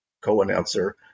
co-announcer